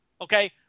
Okay